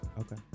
Okay